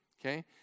okay